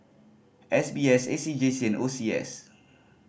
S B S A C J C and O C S